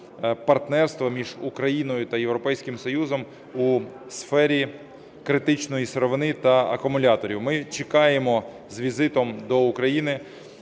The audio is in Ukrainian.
партнерства між Україною та Європейським Союзом у сфері критичної сировини та акумуляторів. Ми чекаємо з візитом до України